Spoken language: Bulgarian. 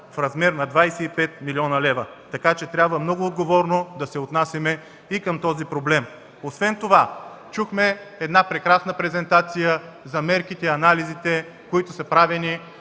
в размер на 25 млн. лв., така че трябва много отговорно да се отнасяме и към този проблем. Освен това, чухме прекрасна презентация за мерките и анализите, които са правени